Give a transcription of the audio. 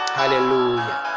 hallelujah